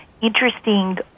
interesting